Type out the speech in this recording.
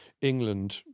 England